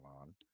on